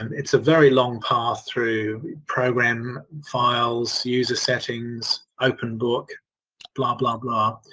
its a very long path through program files, user settings, openbook, blah blah blah.